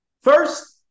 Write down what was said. first